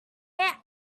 air